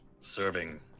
serving